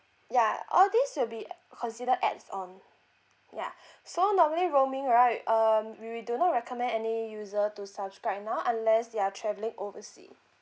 yeah all these will be considered adds on yeah so normally roaming right um we we do not recommend any user to subscribe now unless they are travelling oversea